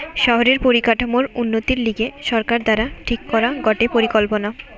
শহরের পরিকাঠামোর উন্নতির লিগে সরকার দ্বারা ঠিক করা গটে পরিকল্পনা